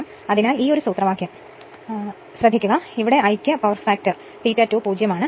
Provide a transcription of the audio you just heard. അതിനാൽ ഈ സൂത്രവാക്യം മാത്രം ഓർക്കുന്നുവെങ്കിൽ ഈ സമവാക്യം അതിനാൽ ഐക്യ പവർ ഫാക്ടർ ∅ 2 0 ആണ്